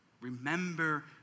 remember